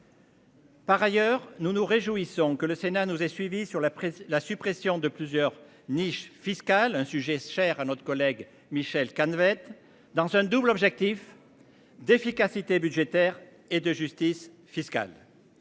Par ailleurs, nous nous réjouissons que le Sénat nous est suivi sur la presse la suppression de plusieurs niches fiscales un sujet cher à notre collègue Michel Canevet. Dans un double objectif d'efficacité budgétaire et de justice fiscale.